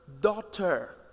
daughter